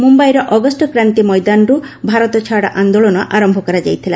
ମୁମ୍ବାଇର ଅଗଷ୍ଟ କ୍ରାନ୍ତି ମଇଦାନରୁ ଭାରତ ଛାଡ଼ ଆନ୍ଦୋଳନ ଆରମ୍ଭ କରାଯାଇଥିଲା